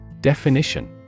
Definition